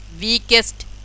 weakest